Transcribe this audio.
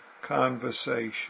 conversation